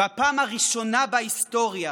בפעם הראשונה בהיסטוריה